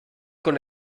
con